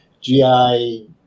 GI